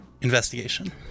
investigation